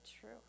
true